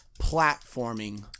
platforming